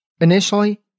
Initially